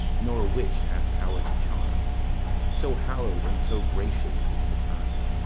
nor witch hath power to charm so hallow'd and so gracious is the time.